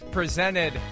presented